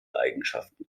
eigenschaften